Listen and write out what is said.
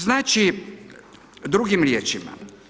Znači, drugim riječima.